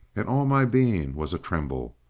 and all my being was a-tremble.